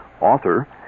author